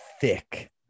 thick